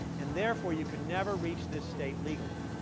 and therefore, you can never reach this state legally.